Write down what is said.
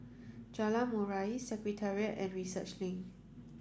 Jalan Murai Secretariat and Research Link